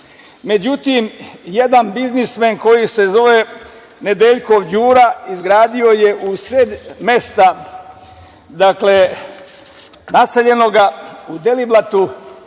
vrste.Međutim, jedan biznismen, koji se zove Nedeljkov Đura, izgradio je usred mesta naseljenoga u Deliblatu